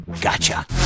Gotcha